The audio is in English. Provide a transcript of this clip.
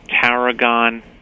tarragon